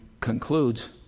concludes